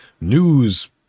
news